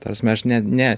ta prasme aš ne ne